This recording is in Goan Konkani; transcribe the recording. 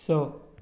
स